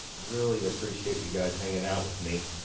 really appreciate you guys hanging out with me.